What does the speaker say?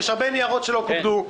יש הרבה ניירות שלא כובדו.